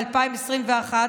ב-2021,